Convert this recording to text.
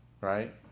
right